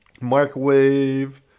microwave